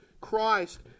Christ